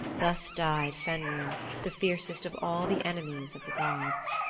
thus died fenrir, the fiercest of all the enemies of the gods.